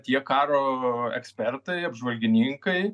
tie karo ekspertai apžvalgininkai